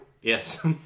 Yes